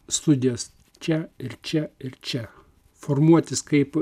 studijos čia ir čia ir čia formuotis kaip